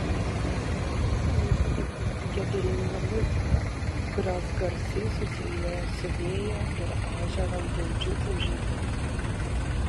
visą laiką girdėti gedulinga muzika kurios garsai susilieja su vėjo ir ežero graudžiu ūžimu